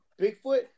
Bigfoot